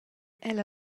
ella